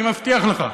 אני מבטיח לך.